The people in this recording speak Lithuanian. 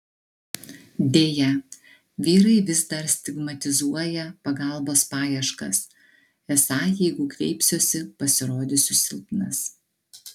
deja vyrai vis dar stigmatizuoja pagalbos paieškas esą jeigu kreipsiuosi pasirodysiu silpnas